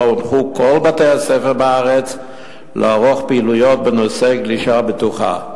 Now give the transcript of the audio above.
וכל בתי-הספר בארץ הונחו לערוך בו פעילויות בנושא גלישה בטוחה.